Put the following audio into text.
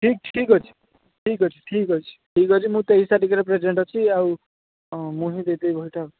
ଠିକ୍ ଠିକ୍ ଅଛି ଠିକ୍ ଅଛି ଠିକ୍ ଅଛି ଠିକ୍ ଅଛି ମୁଁ ତେଇଶି ତାରିଖରେ ପ୍ରେଜେଣ୍ଟ୍ ଅଛି ଆଉ ମୁଁ ହିଁ ଦେଇ ଦେବି ବହିଟା ଆଉ